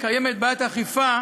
אם אכן קיימת בעיית אכיפה,